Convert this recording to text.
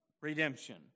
redemption